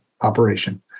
operation